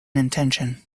intention